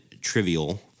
trivial